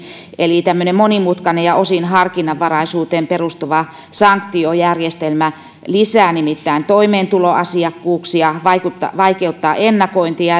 tämmöinen monimutkainen ja osin harkinnanvaraisuuteen perustuva sanktiojärjestelmä lisää nimittäin toimeentuloasiakkuuksia vaikeuttaa ennakointia